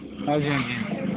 ਹਾਂਜੀ ਹਾਂਜੀ ਹਾਂਜੀ